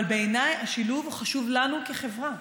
אבל בעיניי השילוב חשוב לנו כחברה.